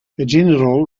general